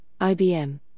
IBM